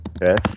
Yes